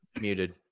Muted